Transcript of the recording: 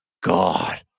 god